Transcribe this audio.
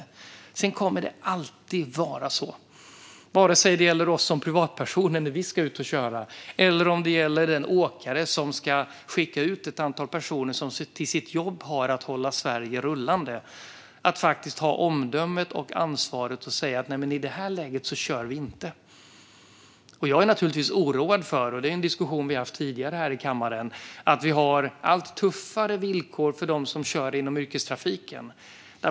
Oavsett om det gäller när vi som privatpersoner ska ut och köra eller en åkare som ska skicka ut ett antal personer som i sitt jobb har att hålla Sverige rullande måste man alltid behålla omdömet och ansvaret att kunna säga att man i ett visst läge inte ska köra. Jag är naturligtvis oroad för allt tuffare villkor för dem som kör inom yrkestrafiken, vilket är en diskussion som vi har haft tidigare här i kammaren.